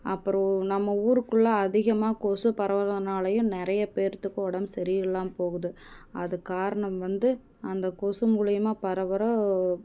அப்பறம் நம்ம ஊருக்குள்ளே அதிகமாக கொசு பரவறதினாலையும் நிறைய பேர்த்துக்கு உடம் சரி இல்லாமல் போகுது அதுக்கு காரணம் வந்து அந்த கொசு மூலயமா பரவுற